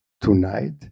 tonight